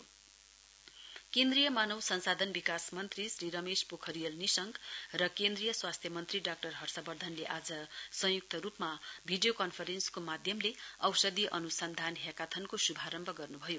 hackathon केन्द्रीय मानव संसाधन विकास मन्त्री श्री रमेश पोखरियाल निशंक र केन्द्रीय स्वास्थ्य मन्त्री डाक्टर हर्षवर्धनले आज संयुक्त रूपमा भिडियो कन्फरेन्सको माध्यमले औषदी अन्सन्धान हैकाथानको श्भारम्भ गर्न्भयो